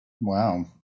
Wow